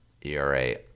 era